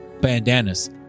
bandanas